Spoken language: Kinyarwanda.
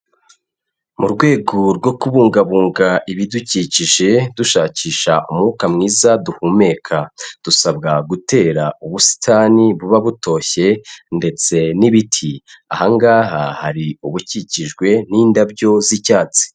Mu rwego rwo kubungabunga ibidukikije dushakisha umwuka mwiza duhumeka, dusabwa gutera ubusitani buba butoshye ndetse n'ibiti, aha ngaha hari ubukikijwe n'indabyo z'icyatsi.